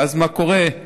ואז, מה קורה?